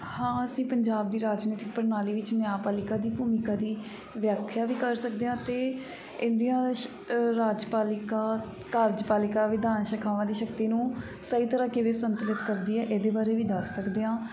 ਹਾਂ ਅਸੀਂ ਪੰਜਾਬ ਦੀ ਰਾਜਨੀਤਿਕ ਪ੍ਰਣਾਲੀ ਵਿੱਚ ਨਿਆਂਪਾਲਿਕਾ ਦੀ ਭੂਮਿਕਾ ਦੀ ਵਿਆਖਿਆ ਵੀ ਕਰ ਸਕਦੇ ਹਾਂ ਅਤੇ ਇਹਨਾਂ ਦੀਆਂ ਰਾਜਪਾਲਿਕਾ ਕਾਰਜਪਾਲਿਕਾ ਵਿਧਾਨ ਸ਼ੇਖਾਵਾਂ ਦੀ ਸ਼ਕਤੀ ਨੁੂੰ ਸਹੀ ਤਰ੍ਹਾਂ ਕਿਵੇਂ ਸੰਤੁਲਿਤ ਕਰਦੀ ਹੈ ਇਹਦੇ ਬਾਰੇ ਵੀ ਦੱਸ ਸਕਦੇ ਹਾਂ